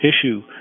issue